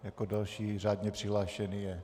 Jako další řádně přihlášený je...